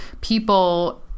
people